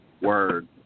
Word